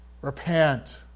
Repent